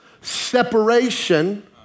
separation